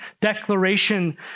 declaration